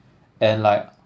and like